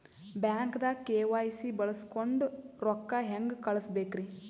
ಬ್ಯಾಂಕ್ದಾಗ ಕೆ.ವೈ.ಸಿ ಬಳಸ್ಕೊಂಡ್ ರೊಕ್ಕ ಹೆಂಗ್ ಕಳಸ್ ಬೇಕ್ರಿ?